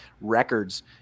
records